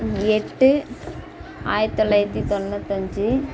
எட்டு ஆயிரத்து தொள்ளாயிரத்து தொண்ணூத்தஞ்சு